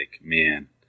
man